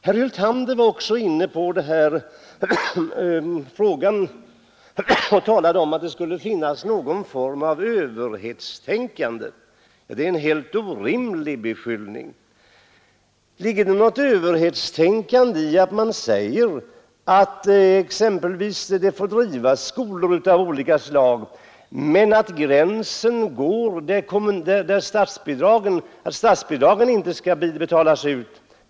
Herr Hyltander talade om att det skulle finnas någon form av överhetstänkande. Det är en helt orimlig beskyllning. Ligger det något överhetstänkande i att man säger att det får drivas skolor av olika slag men att det går en gräns för där statsbidrag betalas ut?